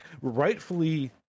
rightfully